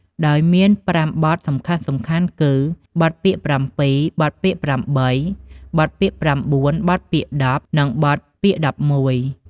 ដោយមាន ៥ បទសំខាន់ៗគឺ បទពាក្យប្រាំពីរ, បទពាក្យប្រាំបី, បទពាក្យប្រាំបួន, បទពាក្យដប់ និង បទពាក្យដប់មួយ។